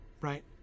right